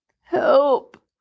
Help